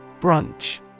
Brunch